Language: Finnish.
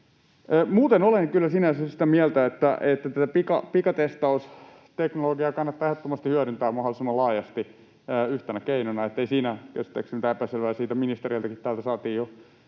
Muuten olen kyllä sinänsä sitä mieltä, että pikatestausteknologiaa kannattaa ehdottomasti hyödyntää mahdollisimman laajasti yhtenä keinona. Ei siinä käsittääkseni ole mitään epäselvää. Siitä ministeriltäkin täältä saatiin jo